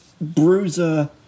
bruiser